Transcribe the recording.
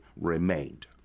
remained